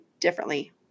differently